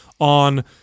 on